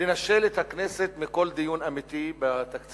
לנשל את הכנסת מכל דיון אמיתי בתקציב